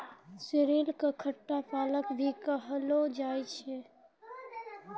sorrel कॅ खट्टा पालक भी कहलो जाय छै